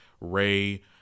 Ray